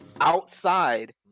outside